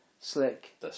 Slick